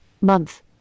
month